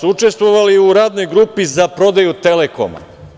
Učestvovali su i u radnoj grupi za prodaju Telekoma.